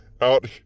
out